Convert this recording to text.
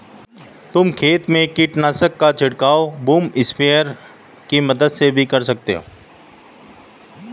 तुम खेत में कीटनाशक का छिड़काव बूम स्प्रेयर की मदद से भी कर सकते हो